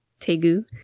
Tegu